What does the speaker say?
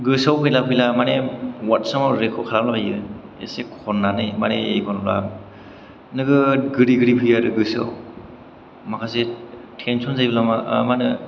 गोसोयाव गैला फैला माने वार्दसा माने रेकर्द खालामला बायो एसे खन्नानै मारैबा नोगोर गोदै गोदै फैयो आरो गोसोयाव माखासे थेनसन जायोब्ला मा होनो